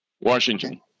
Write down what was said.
Washington